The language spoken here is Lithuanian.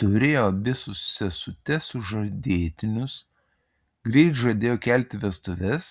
turėjo abi su sesute sužadėtinius greit žadėjo kelti vestuves